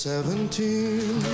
Seventeen